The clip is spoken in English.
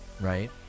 right